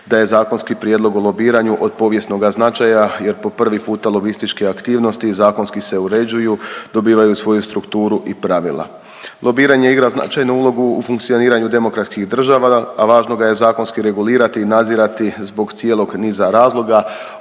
da je zakonski prijedlog o lobiranju od povijesnoga značaja jer po prvi puta lobističke aktivnosti zakonski se uređuju, dobivaju svoju strukturu i pravila. Lobiranje igra značajnu ulogu u funkcioniranju demokratskih država, a važno ga je zakonski regulirati i nadzirati zbog cijelog niza razloga.